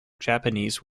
japanese